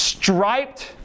Striped